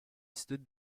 stood